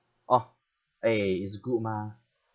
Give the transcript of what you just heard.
orh eh it's good mah